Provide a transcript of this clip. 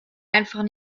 einfach